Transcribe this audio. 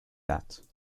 that